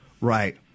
Right